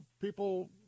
people